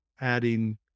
adding